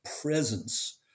presence